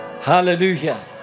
Hallelujah